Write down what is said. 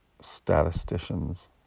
Statisticians